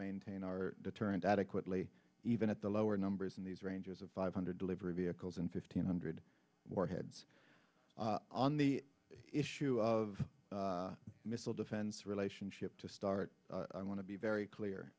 maintain our deterrent adequately even at the lower numbers and these ranges of five hundred delivery vehicles and fifteen hundred warheads on the issue of missile defense relationship to start i want to be very clear